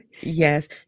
Yes